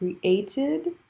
created